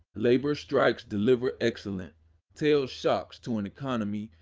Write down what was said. labor strikes deliver excellent tails shocks to an economy,